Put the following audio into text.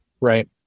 right